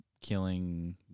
killing